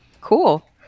cool